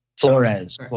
Flores